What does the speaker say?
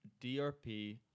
DRP